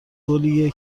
گلیه